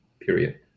period